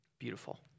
beautiful